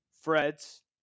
Fred's